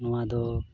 ᱱᱚᱣᱟ ᱫᱚ